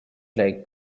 leg